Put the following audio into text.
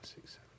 six